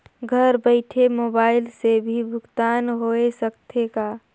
घर बइठे मोबाईल से भी भुगतान होय सकथे का?